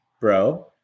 bro